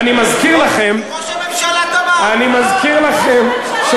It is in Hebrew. ראש הממשלה תמך, אז